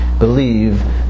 Believe